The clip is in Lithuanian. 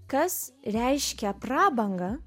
kas reiškia prabangą